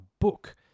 book